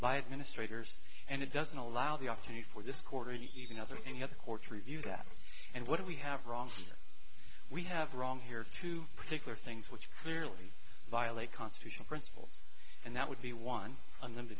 administrator and it doesn't allow the opportunity for this quarter and even other and other courts review that and what do we have wrong here we have wrong here to particular things which clearly violate constitutional principles and that would be one of them to